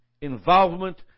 involvement